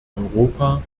europa